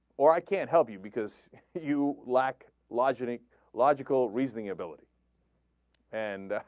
or i can help you because you black logic logical reasoning ability and ah.